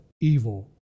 evil